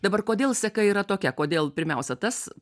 dabar kodėl seka yra tokia kodėl pirmiausia tas